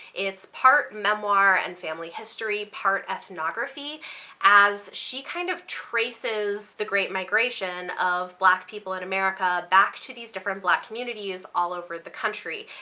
it's part memoir and family history, part ethnography as she kind of traces the great migration black people in america back to these different black communities all over the country,